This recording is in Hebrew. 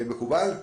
מקובל?